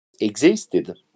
existed